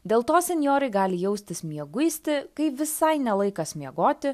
dėl to senjorai gali jaustis mieguisti kai visai ne laikas miegoti